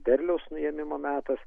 derliaus nuėmimo metas